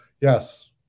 yes